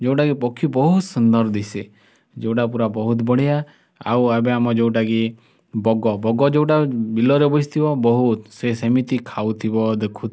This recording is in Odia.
ଯେଉଁଟାକି ପକ୍ଷୀ ବହୁତ ସୁନ୍ଦର ଦିଶେ ଯେଉଁଟା ପୂରା ବହୁତ ବଢ଼ିଆ ଆଉ ଏବେ ଆମ ଯେଉଁଟାକି ବଗ ବଗ ଯେଉଁଟା ବିଲରେ ବସିଥିବ ବହୁତ ସେ ସେମିତି ଖାଉଥିବ ଦେଖୁ